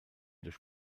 durch